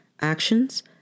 actions